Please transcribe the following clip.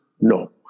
No